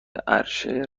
عرشه